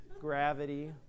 gravity